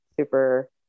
super